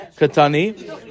katani